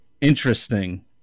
Interesting